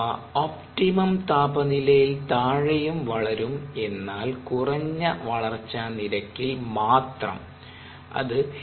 അവ ഒപ്റ്റിമം താപനിലയിലെ താഴെയും വളരും എന്നാൽ കുറഞ്ഞ വളർച്ച നിരക്കിൽ മാത്രം അത്